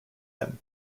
him